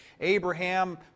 Abraham